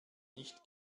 nicht